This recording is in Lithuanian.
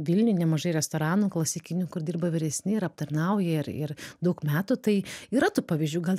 vilniuj nemažai restoranų klasikinių kur dirba vyresni ir aptarnauja ir ir daug metų tai yra tų pavyzdžių gal